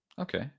Okay